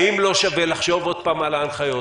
האם לא שווה לחשוב עוד פעם על ההנחיות